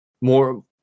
more